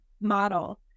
model